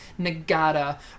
Nagata